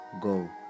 go